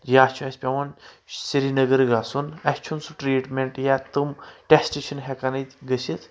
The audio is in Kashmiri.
یا چھُ اسہِ پؠوان سری نگر گژھُن اَسہِ چھُنہٕ سُہ ٹریٖٹمینٹ یا تٔمۍ ٹؠسٹہٕ چھِنہٕ ہؠکان ییٚتہِ گٔژھِتھ